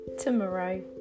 Tomorrow